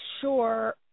sure